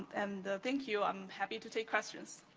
and thank you, i'm happy to take questions.